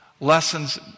lessons